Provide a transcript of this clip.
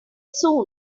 soon